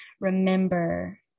Remember